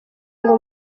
ngo